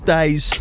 Days